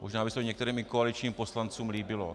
Možná by se to i některým koaličním poslancům líbilo.